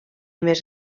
més